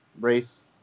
race